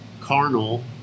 carnal